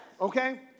Okay